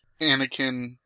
Anakin